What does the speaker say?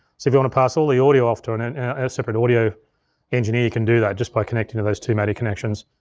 so if you wanna pass all the audio off to and and a separate audio engineer, you can do that just by connecting to those two madi connections.